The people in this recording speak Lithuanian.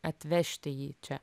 atvežti jį čia